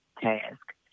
task